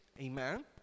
Amen